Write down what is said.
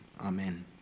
amen